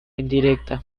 indirecta